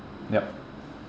yup